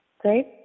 Great